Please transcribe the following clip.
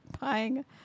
buying